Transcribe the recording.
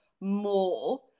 more